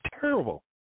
terrible